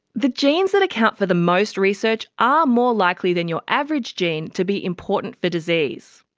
the genes that account for the most research are more likely than your average gene to be important for disease.